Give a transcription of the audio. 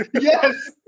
yes